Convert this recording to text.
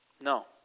No